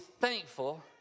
thankful